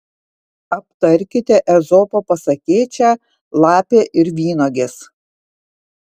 aptarkite ezopo pasakėčią lapė ir vynuogės